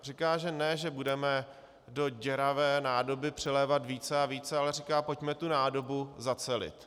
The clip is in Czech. Říká, že ne že budeme do děravé nádoby přilévat více a více, ale říká pojďme tu nádobu zacelit.